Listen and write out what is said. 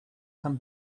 come